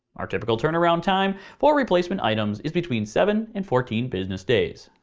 our typical turnaround time for replacement items is between seven and fourteen business days.